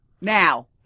Now